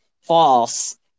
false